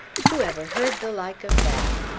whoever heard the like of that?